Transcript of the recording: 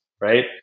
right